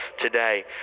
today